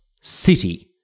city